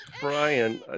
Brian